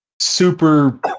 super